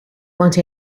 want